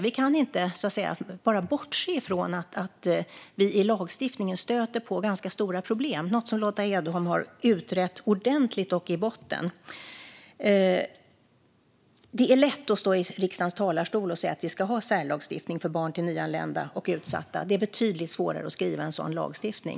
Vi kan inte bara bortse från att vi i lagstiftningen stöter på ganska stora problem, något som Lotta Edholm har utrett ordentligt och i botten. Det är lätt att stå i riksdagens talarstol och säga att vi ska ha särlagstiftning för barn till nyanlända och utsatta. Det är betydligt svårare att skriva en sådan lagstiftning.